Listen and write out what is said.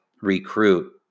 recruit